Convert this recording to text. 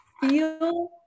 feel